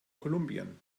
kolumbien